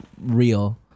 real